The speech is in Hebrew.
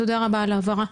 תודה רבה על ההבהרה.